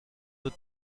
the